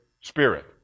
spirit